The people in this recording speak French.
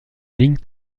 ligne